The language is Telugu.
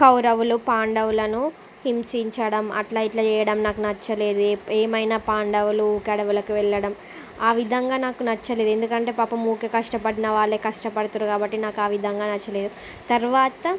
కౌరవులు పాండవులను హింసించడం అట్లా ఇట్లా చేయడం నాకు నచ్చలేదు ఏమైన పాండవులు కౌరవులకు వెళ్ళడం ఆ విధంగా నాకు నచ్చలేదు ఎందుకంటే పాపం ఊరికే కష్టపడిన వాళ్ళే కష్టపడతారు కాబట్టి నాకు ఆ విధంగా నచ్చలేదు తరువాత